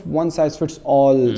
one-size-fits-all